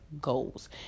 goals